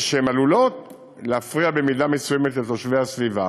שעלולות להפריע במידה מסוימת לתושבי הסביבה,